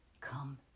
come